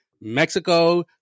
Mexico